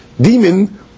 demon